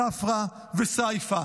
ספרא וסייפא,